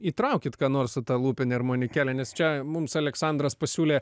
įtraukit ką nors su ta lūpine armonikėle nes čia mums aleksandras pasiūlė